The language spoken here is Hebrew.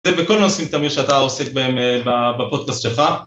זה בכל נושאים תמיד שאתה עוסק בהם בפודקאסט שלך.